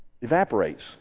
evaporates